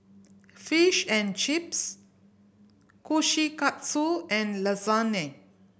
Fish and Chips Kushikatsu and Lasagne